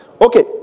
Okay